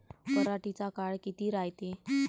पराटीचा काळ किती रायते?